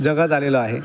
जगत आलेलो आहे